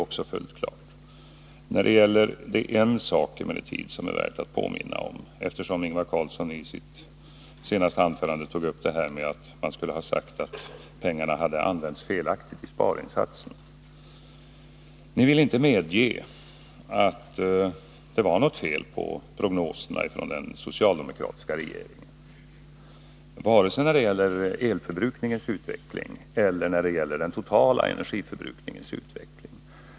Det finns emellertid en sak som det är värt att påminna om. Ingvar Carlsson tog i sitt senaste anförande upp påståendet att pengarna skulle ha använts felaktigt när det gällde energisparinsatserna. Ni vill inte medge att det var något fel på den socialdemokratiska regeringens prognoser vare sig beträffande elanvändningens utveckling eller den totala energianvändningens utveckling.